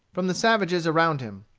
from the savages around him.